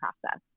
process